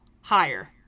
higher